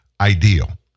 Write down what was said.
ideal